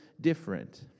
different